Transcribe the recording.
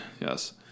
Yes